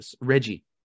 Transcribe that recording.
Reggie